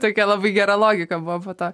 tokia labai gera logika buvo po to